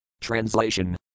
Translation